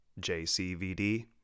JCVD